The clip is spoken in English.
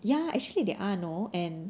ya actually they are you know and